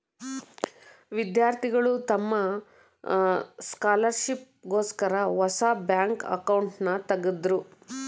ವಿದ್ಯಾರ್ಥಿಗಳು ತಮ್ಮ ಸ್ಕಾಲರ್ಶಿಪ್ ಗೋಸ್ಕರ ಹೊಸ ಬ್ಯಾಂಕ್ ಅಕೌಂಟ್ನನ ತಗದ್ರು